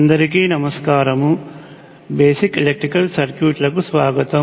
అందరికీ నమస్కారం basic electrical సర్క్యూట్లకు స్వాగతం